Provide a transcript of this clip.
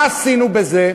מה עשינו בזה?